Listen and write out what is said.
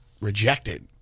rejected